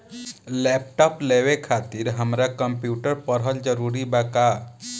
Laptop लेवे खातिर हमरा कम्प्युटर पढ़ल जरूरी बा?